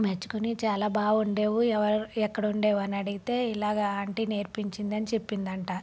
మెచ్చుకొని చాలా బాగా వండావు ఎవరు ఎక్కడ వండావని అడిగితే ఇలాగా ఆంటీ నేర్పించింది అని చెప్పిందంట